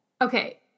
Okay